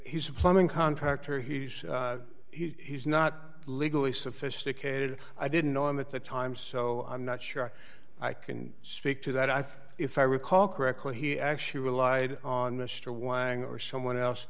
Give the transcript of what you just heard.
he's a plumbing contractor he's he's not legally sophisticated i didn't know him at the time so i'm not sure i can speak to that i think if i recall correctly he actually lied on mr wang or someone else